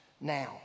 now